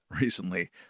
recently